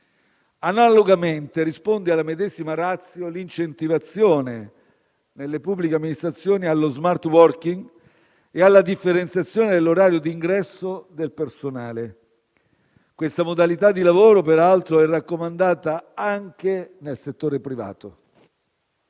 Analogamente, risponde alla medesima *ratio* l'incentivazione nelle pubbliche amministrazioni allo *smart working* e alla differenziazione dell'orario di ingresso del personale. Questa modalità di lavoro, peraltro, è raccomandata anche nel settore privato.